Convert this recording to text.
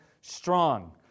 strong